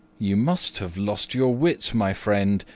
you must have lost your wits, my friend,